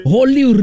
Holy